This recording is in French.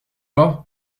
pas